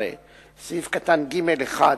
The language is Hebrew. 17(ג1)